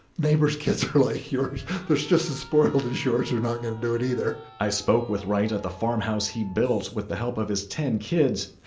neighbors' kids are like yours. they're just as spoiled as yours. they're not going to do it either i spoke with wright at the farmhouse he built with the help of his ten kids.